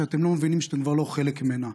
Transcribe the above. שאתם לא מבינים שאתם כבר לא חלק ממנה.